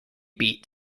beat